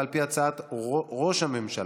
ועל פי הצעת ראש הממשלה,